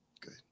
Good